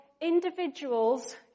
individuals